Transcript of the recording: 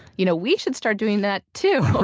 you know we should start doing that too.